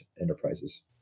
enterprises